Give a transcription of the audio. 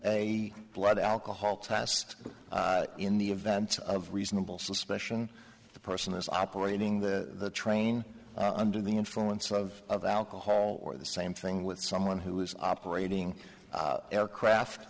a blood alcohol test in the events of reasonable suspicion the person is operating the train under the influence of alcohol or the same thing with someone who was operating aircraft